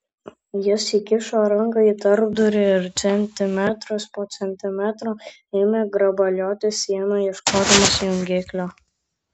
jis įkišo ranką į tarpdurį ir centimetras po centimetro ėmė grabalioti sieną ieškodamas jungiklio